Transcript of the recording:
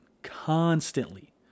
constantly